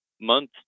month